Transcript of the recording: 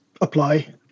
apply